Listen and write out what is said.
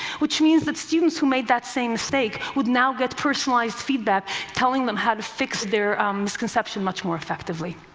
which means that students who made that same mistake would now get personalized feedback telling them how to fix their misconception much more effectively.